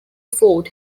fort